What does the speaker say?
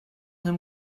him